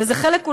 וזה חלק,